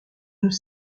nous